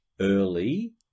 early